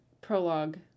prologue